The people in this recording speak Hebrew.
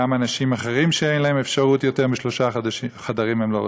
גם אנשים אחרים שאין להם אפשרות ליותר משלושה חדרים הם לא רוצים.